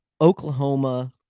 Oklahoma